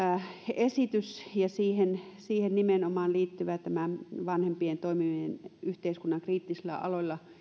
esitys ja siihen nimenomaan liittyvä vanhempien toimiminen yhteiskunnan kriittisillä aloilla